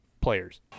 players